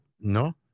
No